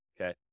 Okay